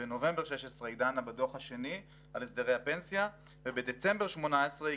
בנובמבר 2016 היא דנה בדוח השני על הסדרי הפנסיה ובדצמבר 2018 היא